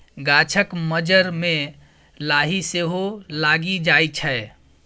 गाछक मज्जर मे लाही सेहो लागि जाइ छै